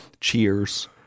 Cheers